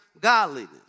godliness